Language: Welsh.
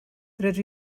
rydw